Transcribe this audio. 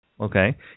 Okay